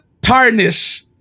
tarnish